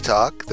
Talk